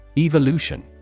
Evolution